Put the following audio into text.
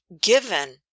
given